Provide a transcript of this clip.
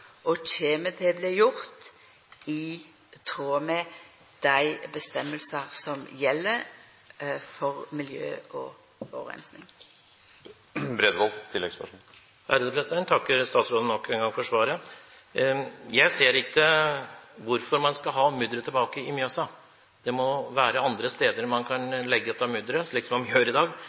og det kjem til å bli gjort i tråd med dei føresegnene som gjeld for miljø og forureining. Jeg takker statsråden nok en gang for svaret. Jeg ser ikke hvorfor man skal ha mudderet tilbake i Mjøsa. Det må være andre steder man kan legge dette mudderet – slik som man gjør i dag;